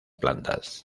plantas